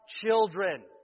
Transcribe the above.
children